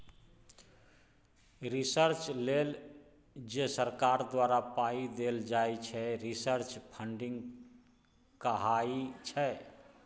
research लेल जे सरकार द्वारा पाइ देल जाइ छै रिसर्च फंडिंग कहाइ छै